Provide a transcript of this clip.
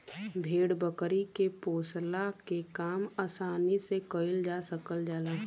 भेड़ बकरी के पोसला के काम आसानी से कईल जा सकल जाला